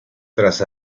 tras